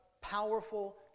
powerful